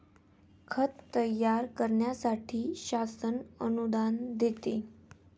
खत तयार करण्यासाठी शासन अनुदान देते